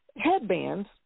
headbands